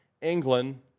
England